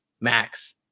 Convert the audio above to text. max